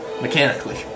Mechanically